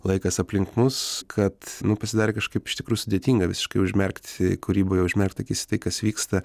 laikas aplink mus kad nu pasidarė kažkaip iš tikrųjų sudėtinga visiškai užmerkti kūryboj užmerkt akis į tai kas vyksta